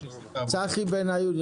צחי בן עיון,